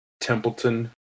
Templeton